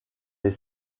les